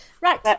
right